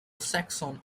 saxon